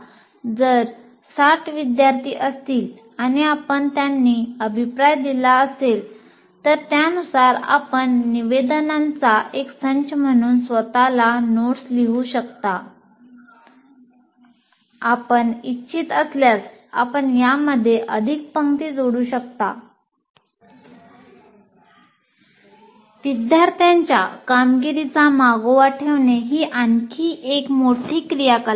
जर 60 विद्यार्थी असतील आणि आपण त्यांनी अभिप्राय दिला असेल तर त्यानुसार आपण निवेदनांचा एक संच म्हणून स्वत ला नोट्स लिहू शकता विद्यार्थ्यांच्या कामगिरीचा मागोवा ठेवणे ही आणखी एक मोठी क्रियाकलाप आहे